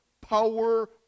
power